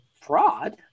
fraud